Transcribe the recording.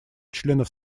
членов